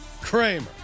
Kramer